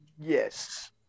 yes